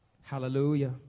Hallelujah